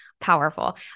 powerful